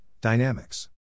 dynamics